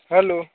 hello